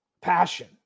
passion